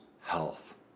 health